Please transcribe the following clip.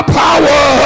power